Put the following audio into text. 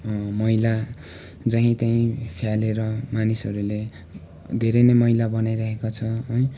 मैला जाहीँताहीँ फालेर मानिसहरूले धेरै नै मैला बनाइरहेका छ है